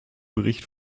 bericht